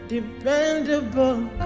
Dependable